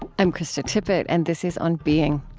i'm krista tippett, and this is on being,